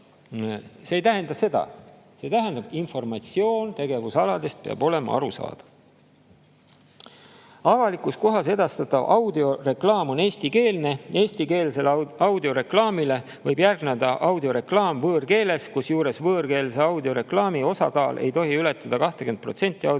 See ei tähenda seda. See tähendabki, et informatsioon tegevusaladest peab olema arusaadav. "Avalikus kohas edastatav audioreklaam on eestikeelne. Eestikeelsele audioreklaamile võib järgneda audioreklaam võõrkeeles, kusjuures võõrkeelse audioreklaami osakaal ei tohi ületada 20 protsenti audioreklaami